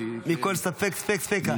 לצאת מכל ספק, ספק-ספיקה.